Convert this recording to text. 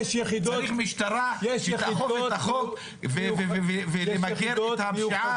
צריך משטרה לאכוף את החוק ולמגר את הפשיעה.